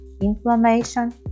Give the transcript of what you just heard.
inflammation